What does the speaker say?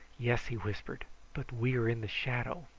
yes, he whispered but we are in the shadow.